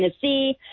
Tennessee